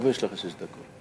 יש לך שש דקות?